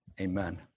Amen